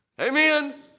Amen